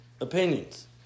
opinions